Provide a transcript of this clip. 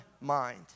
mind